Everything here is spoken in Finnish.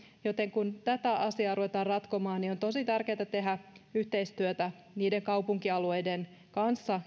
joten kun tätä asiaa ruvetaan ratkomaan niin on tosi tärkeätä tehdä yhteistyötä niiden kaupunkialueiden kanssa